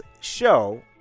show